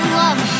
love